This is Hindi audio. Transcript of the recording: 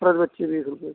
प्रति बच्चे बीस रुपये